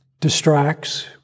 distracts